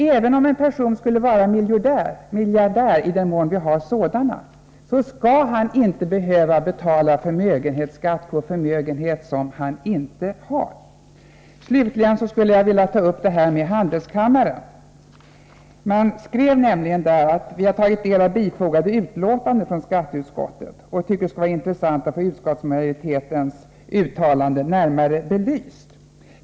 Även om en person skulle vara miljardär — i den mån vi har sådana — skall han inte behöva betala förmögenhetsskatt på förmögenhet som han inte har. Slutligen skulle jag vilja ta upp frågan från handelskammaren om påståendet att ”även relativt stora aktieinnehav kan avvecklas utan att någon realisationsvinstskatt över huvud taget blir aktuell”. Man skrev: ”Vi har tagit del av bifogade utlåtande från skatteutskottet och tycker att det skulle vara intressant att få utskottsmajoritetens uttalande närmare belyst.